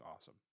awesome